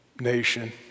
nation